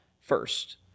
first